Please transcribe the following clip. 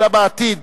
אלא בעתיד